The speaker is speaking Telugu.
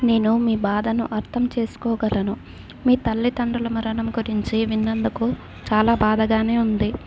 నేను మీ బాధను అర్థం చేసుకోగలను మీ తల్లిదండ్రుల మరణం గురించి విన్నందుకు చాలా బాధగా ఉంది